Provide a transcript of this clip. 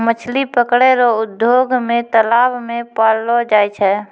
मछली पकड़ै रो उद्योग मे तालाब मे पाललो जाय छै